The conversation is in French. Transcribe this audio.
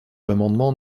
l’amendement